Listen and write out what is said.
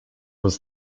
was